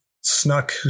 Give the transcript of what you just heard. snuck